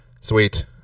Sweet